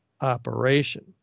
operation